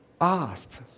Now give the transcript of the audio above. asked